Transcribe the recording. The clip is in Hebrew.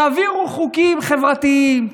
תעבירו חוקים חברתיים,